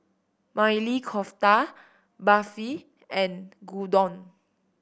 Maili Kofta Barfi and Gyudon